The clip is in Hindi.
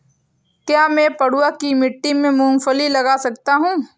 क्या मैं पडुआ की मिट्टी में मूँगफली लगा सकता हूँ?